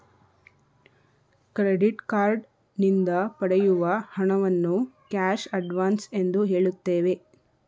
credit card ನಿಂದ ಪಡೆಯುವ ಹಣವನ್ನು ಕ್ಯಾಶ್ ಅಡ್ವನ್ಸ್ ಎಂದು ಹೇಳುತ್ತೇವೆ